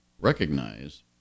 recognize